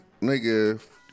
nigga